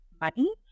money